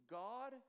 god